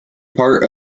part